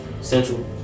central